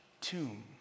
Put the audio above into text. tomb